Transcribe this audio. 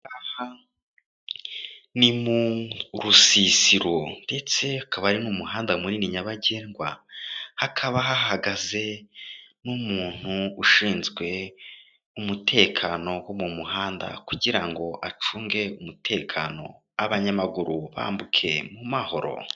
Aha ni mu rusisiro ndetse akaba ari mu muhanda munini nyabagendwa, hakaba hahagaze n'umuntu ushinzwe umutekano wo mu muhanda kugira ngo acunge umutekano abanyamaguru bambuke mu mahoro.